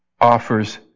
offers